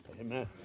amen